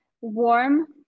warm